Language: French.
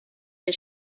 des